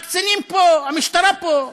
הקצינים פה, המשטרה פה,